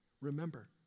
Remember